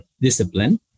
discipline